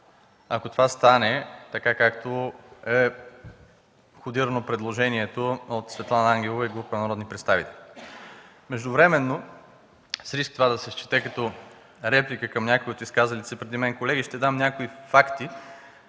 ако това стане така, както е входирано предложението от Светлана Ангелова и група народни представители. Междувременно с риск това да се счете като реплика към някои от изказалите се преди мен колеги, ще дам някои